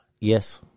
yes